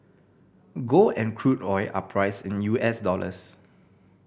gold and crude oil are priced in U S dollars